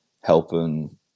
helping